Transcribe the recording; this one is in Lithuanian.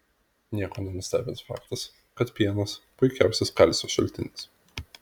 nieko nenustebins faktas kad pienas puikiausias kalcio šaltinis